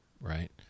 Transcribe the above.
right